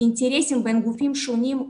אינטרסים בין גופים שונים,